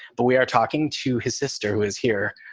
but we are talking to his sister who is here,